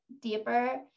deeper